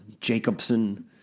Jacobson